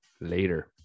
later